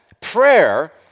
prayer